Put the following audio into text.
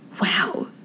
Wow